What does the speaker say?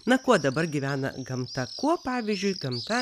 na kuo dabar gyvena gamta kuo pavyzdžiui gamta